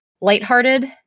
lighthearted